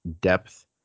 depth